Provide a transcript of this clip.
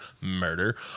murder